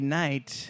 night